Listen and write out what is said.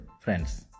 friends